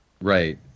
Right